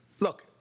look